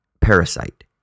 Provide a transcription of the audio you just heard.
Parasite